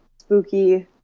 spooky